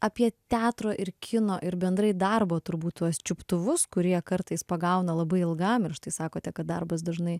apie teatro ir kino ir bendrai darbo turbūt tuos čiuptuvus kurie kartais pagauna labai ilgam ir užtai sakote kad darbas dažnai